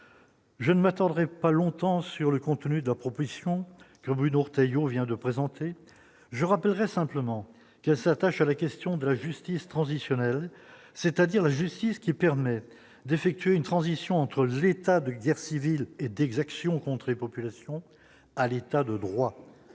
je ne m'attendrais pas longtemps sur le contenu de des propositions que Bruno Retailleau, vient de présenter, je rappellerai simplement que s'attachent à la question de la justice transitionnelle c'est-à-dire justice qui permet d'effectuer une transition entre l'état de guerre civile et d'exactions contre et population à l'état de droit,